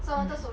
mm